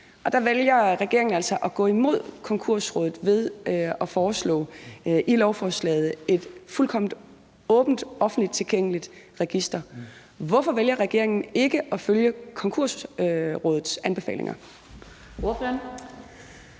Der vælger regeringen altså at gå imod Konkursrådet ved i lovforslaget at foreslå et fuldkommen åbent og offentligt tilgængeligt register. Hvorfor vælger regeringen ikke at følge Konkursrådets anbefalinger?